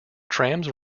trams